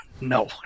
no